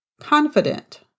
confident